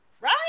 right